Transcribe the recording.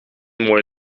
mooi